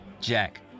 Jack